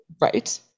right